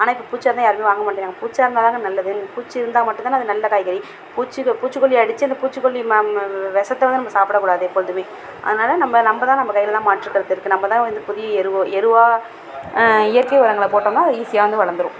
ஆனால் இப்போ பூச்சா இருந்தால் யாருமே வாங்க மாட்டேங்கிறாங்க பூச்சா இருந்தாதாங்க நல்லது பூச்சி இருந்தால் மட்டும் தானே அது நல்ல காய்கறி பூச்சி பூச்சிக்கொல்லி அடித்து அந்த பூச்சிக்கொல்லி வெஷத்ததான் நம்ம சாப்பிடக்கூடாது எப்பொழுதுமே அதனால் நம்ம நம்ம தான் நம்ம கையில்தான் மாற்றுக் கருத்து இருக்குது நம்மதான் வந்து புதிய எரு எருவாக இயற்கை உரங்கள போட்டோம்னால் ஈஸியாக வந்து வளர்ந்துரும்